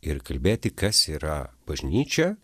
ir kalbėti kas yra bažnyčia